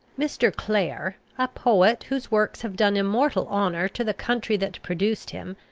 mr. clare, a poet whose works have done immortal honour to the country that produced him,